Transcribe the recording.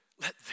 let